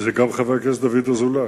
וגם של חבר הכנסת דוד אזולאי,